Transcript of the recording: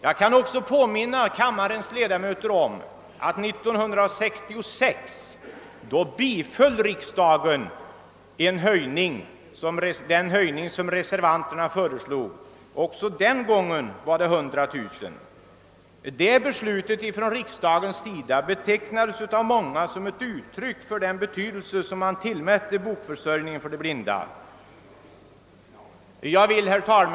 Jag kan också påminna kammarens ledamöter om att riksdagen 1966 beviljade den höjning som reservanterna då föreslog. Också den gången gällde det 100 000 kronor utöver Kungl. Maj:ts förslag. Det riksdagsbeslutet betecknades av många som ett uttryck för den betydelse riksdagen tillmätte de blindas bokförsörjning.